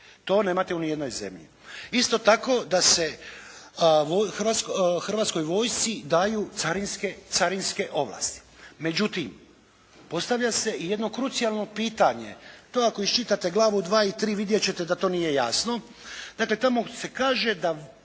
To nemate ni u jednoj zemlji. Isto tako da se Hrvatskoj vojsci daju carinske ovlasti. Međutim, postavlja se i jedno krucijalno pitanje. To ako iščitate glavu 2 i 3 vidjet ćete da to nije jasno. Dakle tamo se kaže da